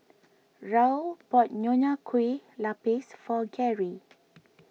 Raul bought Nonya Kueh Lapis for Garry